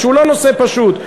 שהוא לא נושא פשוט,